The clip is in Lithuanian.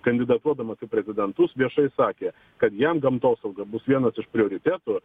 kandidatuodamas į prezidentus viešai sakė kad jam gamtosauga bus vienas iš prioritetų